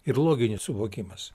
ir loginis suvokimas